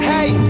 Hey